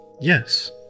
Yes